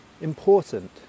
important